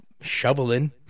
shoveling